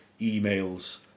emails